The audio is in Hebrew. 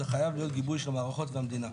זה חייב להיות בגיבוי של המערכות במדינה.